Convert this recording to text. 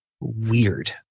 weird